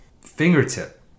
fingertip